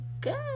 good